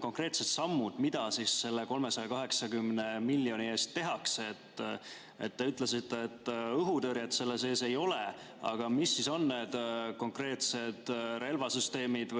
konkreetsete sammude kohta, mida selle 380 miljoni eest tehakse. Te ütlesite, et õhutõrjet selle sees ei ole. Aga mis siis on need konkreetsed relvasüsteemid,